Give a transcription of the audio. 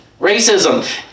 racism